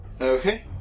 Okay